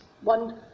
one